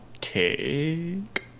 take